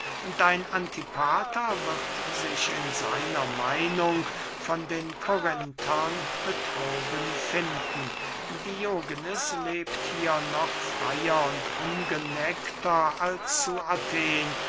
dein antipater wird sich in seiner meinung von den korinthern betrogen finden diogenes lebt hier noch freyer und ungeneckter als zu athen